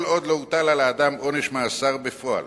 כל עוד לא הוטל על האדם עונש מאסר בפועל